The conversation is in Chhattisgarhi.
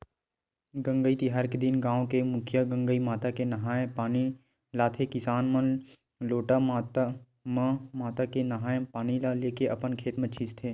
गंगई तिहार के दिन गाँव के मुखिया गंगई माता के नंहाय पानी लाथे किसान मन लोटा म माता के नंहाय पानी ल लेके अपन खेत म छींचथे